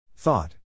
Thought